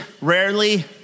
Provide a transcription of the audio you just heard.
rarely